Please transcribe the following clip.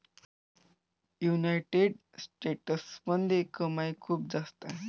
United स्टेट्समध्ये कमाई खूप जास्त आहे